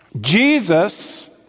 Jesus